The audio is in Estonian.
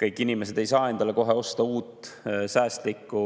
kõik inimesed ei saa endale kohe osta uut säästlikku